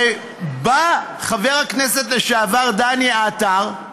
הרי בא חבר הכנסת לשעבר דני עטר,